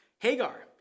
Hagar